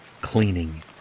cleaning